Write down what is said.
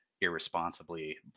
irresponsibly